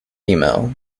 email